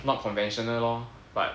not conventional lor but